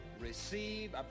receive